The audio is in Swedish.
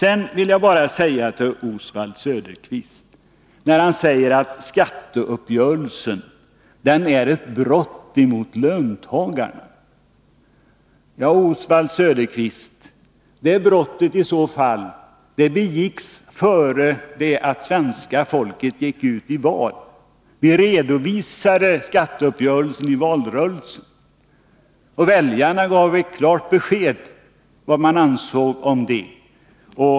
Jag vill också säga några ord till Oswald Söderqvist, som menar att skatteuppgörelsen är ett brott mot löntagarna. Det brottet, Oswald Söderqvist, begicks i så fall innan svenska folket gick ut i val. Vi redovisade skatteuppgörelsen i valrörelsen, och väljarna gav ett klart besked om vad de ansåg om den.